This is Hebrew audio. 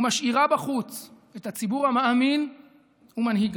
ומשאירה בחוץ את הציבור המאמין ומנהיגיו.